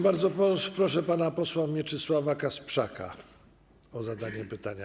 Bardzo proszę pana posła Mieczysława Kasprzaka o zadanie pytania.